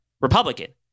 Republican